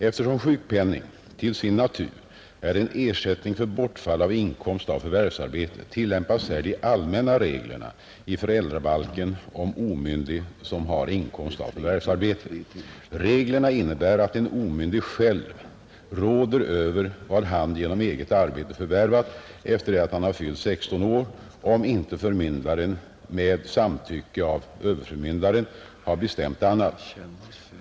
Eftersom sjukpenning till sin natur är en ersättning för bortfall av inkomst av förvärvsarbete tillämpas här de allmänna reglerna i föräldrabalken om omyndig som har inkomst av förvärvsarbete. Reglerna innebär att en omyndig själv råder över vad han genom eget arbete förvärvat efter det han fyllt 16 år, om inte förmyndaren med samtycke av överförmyndaren har bestämt annat.